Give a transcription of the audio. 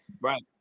Right